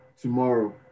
tomorrow